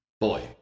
boy